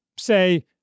say